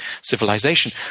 civilization